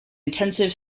intensive